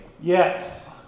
Yes